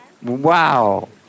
Wow